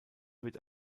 wird